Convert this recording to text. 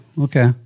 okay